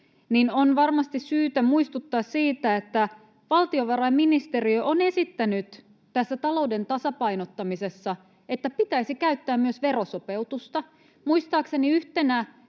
niin on varmasti syytä muistuttaa siitä, että valtiovarainministeriö on esittänyt tässä talouden tasapainottamisessa, että pitäisi käyttää myös verosopeutusta. Muistaakseni yhtenä